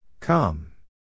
Come